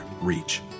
reach